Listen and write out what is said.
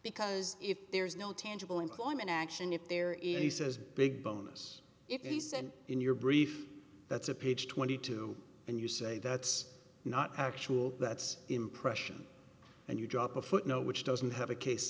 because if there's no tangible employment action if there is a says big bonus if they send in your brief that's a page twenty two and you say that's not actually that's impression and you drop a footnote which doesn't have a case